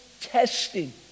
testing